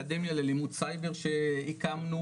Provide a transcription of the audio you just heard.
אקדמיה ללימוד סייבר שהקמנו,